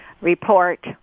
report